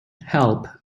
help